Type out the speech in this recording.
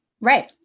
Right